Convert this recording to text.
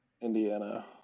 Indiana